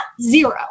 zero